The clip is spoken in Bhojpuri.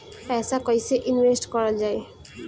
पैसा कईसे इनवेस्ट करल जाई?